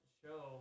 show